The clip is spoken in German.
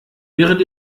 während